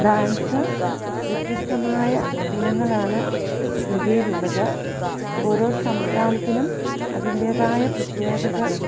dance വ്യത്യസ്തമായ ഇനങ്ങളാണ് ഇന്ത്യയിലുള്ളത് ഓരോ സംസ്ഥാനത്തിനും അതിൻ്റേതായ പ്രത്യേകതകൾ